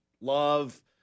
love